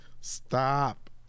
stop